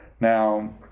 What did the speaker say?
Now